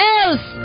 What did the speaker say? else